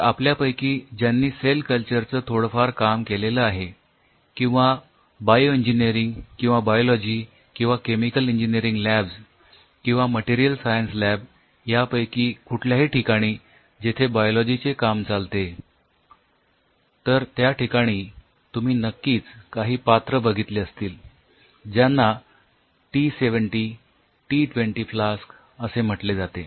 तर आपल्यापैकी ज्यांनी सेल कल्चरचं थोडंफार काम केलेलं आहे किंवा बायोइंजिनीयरिंग किंवा बायोलॉजी किंवा केमिकल इंजिनियरिंग लॅब्स किंवा मटेरियल सायन्स लॅब यापैकी कुठल्याही ठिकाणी जेथे बायोलॉजी चे काम चालते तर त्याठिकाणी तुम्ही नक्कीच काही पात्र बघितले असतील ज्यांना टी ७० टी २० फ्लास्क असे म्हटले जाते